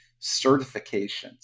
certifications